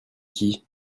qui